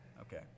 Okay